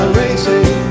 racing